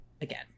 again